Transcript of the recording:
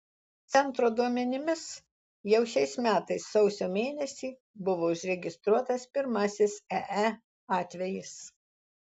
centro duomenimis jau šiais metais sausio mėnesį buvo užregistruotas pirmasis ee atvejis